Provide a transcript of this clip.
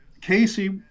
Casey